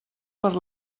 per